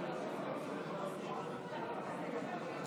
אדוני.